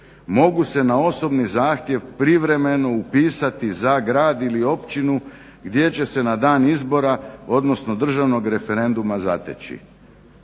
mogu se na osobni zahtjev privremeno upisati za grad ili općinu gdje će se na dan izbora odnosno državnog referenduma zateći.